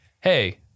hey